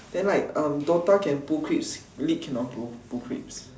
then like DOTA can pull creeps league cannot pull creeps